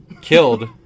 killed